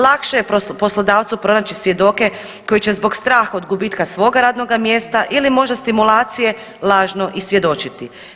Lakše je poslodavcu pronaći svjedoke koji će zbog straha od gubitka svoga radnoga mjesta ili možda stimulacije lažno i svjedočiti.